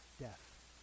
death